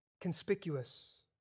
conspicuous